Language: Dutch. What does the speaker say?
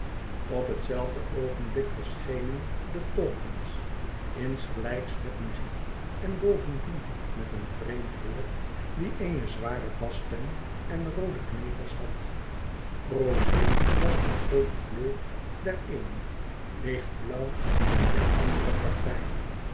op hetzelfde oogenblik verschenen de taunton's insgelijks met muziek en bovendien met een vreemd heer die eene zware basstem en roode knevels had rose was de hoofdkleur der eene lichtblauw die der andere partij